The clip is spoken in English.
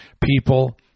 People